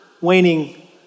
waning